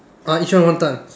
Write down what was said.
ah each one one time